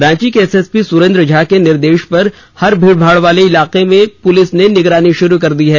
रांची के एसएसपी सुरेंद्र झा के निर्देश पर हर भीड़ भाड़ वाले इलाकों की पुलिस ने निगरानी शुरू कर दी है